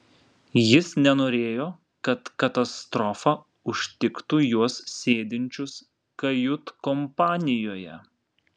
jis nenorėjo kad katastrofa užtiktų juos sėdinčius kajutkompanijoje